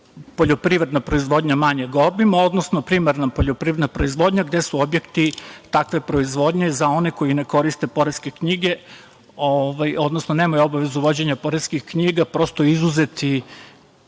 poljoprivredna proizvodnja manjeg obima, odnosno primarna poljoprivredna proizvodnja, gde su objekti takve proizvodnje za one koji ne koriste poreske knjige, odnosno nemaju obavezu vođenja poreskih knjiga, prosto izuzeti